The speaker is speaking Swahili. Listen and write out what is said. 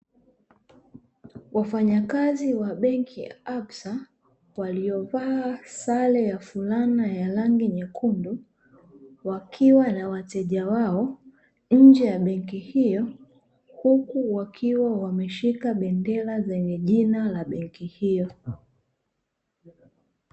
Wafanyakazi wa benki ya "ABSA" waliovaa sare ya fulana ya rangi nyekundu wakiwa na wateja wao nje ya benki hiyo, huku wakiwa wameshika bendera zenye jina la benki hiyo.